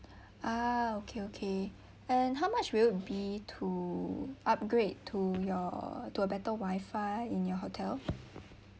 ah okay okay and how much will it be to upgrade to your to a better wifi in your hotel